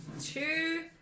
two